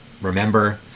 remember